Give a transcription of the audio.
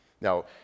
Now